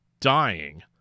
dying